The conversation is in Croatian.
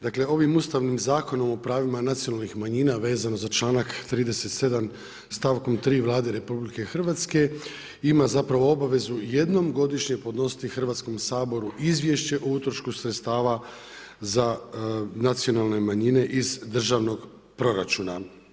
Dakle, ovim Ustavnim zakonom o pravima nacionalnih manjina vezano za čl. 37. st. 3. Vlade RH ima zapravo obavezu jednom godišnje podnositi Hrvatskom saboru izvješće o utrošku sredstava za nacionalno manjine iz državnog proračuna.